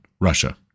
Russia